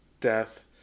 death